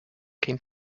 came